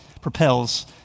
propels